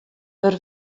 der